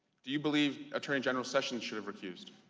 do you believe attorney general sessions should have recused?